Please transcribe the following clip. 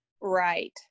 Right